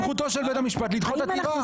סמכותו של בית המשפט לדחות עתירה.